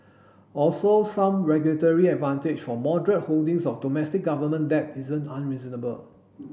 also some regulatory advantage for moderate holdings of domestic government debt isn't unreasonable